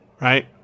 right